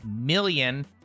million